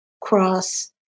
cross